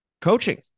coaching